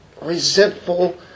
resentful